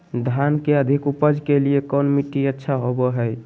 धान के अधिक उपज के लिऐ कौन मट्टी अच्छा होबो है?